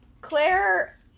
Claire